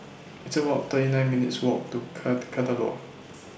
It's about thirty nine minutes' Walk to Kadaloor